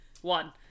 One